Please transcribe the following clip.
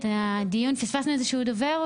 פספסנו איזשהו דובר?